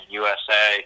usa